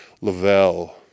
Lavelle